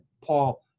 Paul